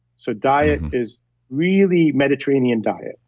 so diet is really mediterranean diet.